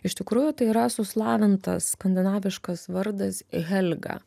iš tikrųjų tai yra suslavintas skandinaviškas vardas helga